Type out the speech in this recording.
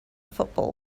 football